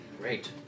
Great